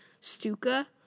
Stuka